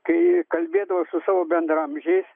kai kalbėdavau su savo bendraamžiais